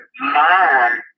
mom